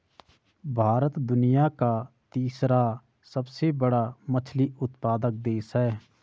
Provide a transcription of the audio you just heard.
भारत दुनिया का तीसरा सबसे बड़ा मछली उत्पादक देश है